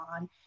on